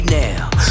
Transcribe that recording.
now